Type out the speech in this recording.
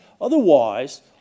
Otherwise